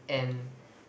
and